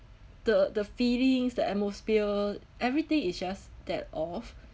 the the feelings the atmosphere everything it's just that off